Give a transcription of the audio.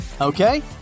Okay